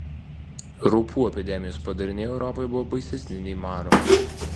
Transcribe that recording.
raupų epidemijos padariniai europoje buvo baisesni nei maro